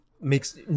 Makes